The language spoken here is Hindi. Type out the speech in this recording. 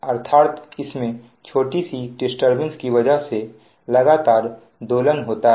अर्थात इसमें छोटी सी डिस्टरबेंस की वजह से लगातार दोलन होता है